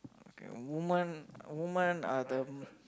okay woman woman uh the